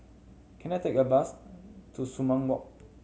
can I take a bus to Sumang Walk